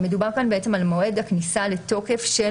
מדובר כאן בעצם על מועד הכניסה לתוקף של